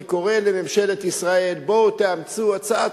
אני קורא לממשלת ישראל: בואו תאמצו הצעת